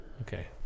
okay